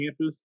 campus